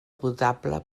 potable